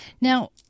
Now